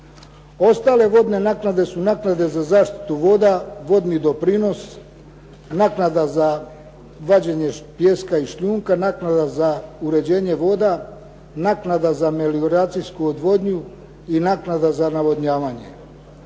Ostale vodne naknade su naknade za zaštitu voda, vodni doprinos, naknada za vađenje pijeska i šljunka, naknada za uređenje voda, naknada za melioracijsku odvodnju i naknada za navodnjavanje.